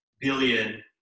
billion